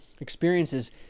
experiences